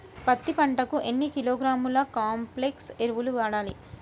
పత్తి పంటకు ఎన్ని కిలోగ్రాముల కాంప్లెక్స్ ఎరువులు వాడాలి?